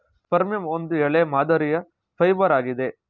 ಫರ್ಮಿಯಂ ಒಂದು ಎಲೆ ಮಾದರಿಯ ಫೈಬರ್ ಆಗಿದೆ